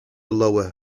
lower